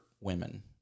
women